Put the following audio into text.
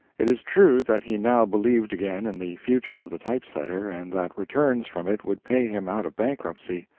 it is true that he now believed again in the future of the type-setter, and that returns from it would pay him out of bankruptcy.